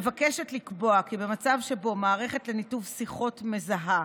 מבקשת לקבוע כי במצב שבו מערכת לניתוב שיחות מזהה,